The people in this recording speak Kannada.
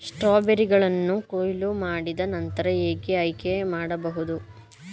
ಸ್ಟ್ರಾಬೆರಿಗಳನ್ನು ಕೊಯ್ಲು ಮಾಡಿದ ನಂತರ ಹೇಗೆ ಆಯ್ಕೆ ಮಾಡಬಹುದು?